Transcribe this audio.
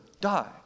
die